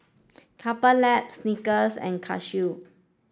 Couple Lab Snickers and Casio